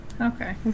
Okay